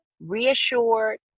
reassured